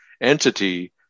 entity